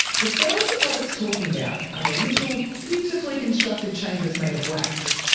the cells that robert's talking about are the little beautifully constructed chambers made of wax,